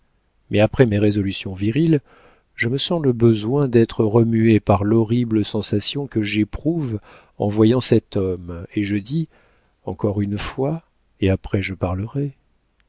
mais après mes résolutions viriles je me sens le besoin d'être remuée par l'horrible sensation que j'éprouve en voyant cet homme et je dis encore une fois et après je parlerai